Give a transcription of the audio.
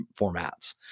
formats